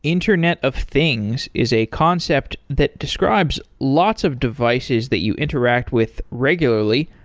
internet of things is a concept that describes lots of devices that you interact with regularly,